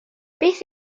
beth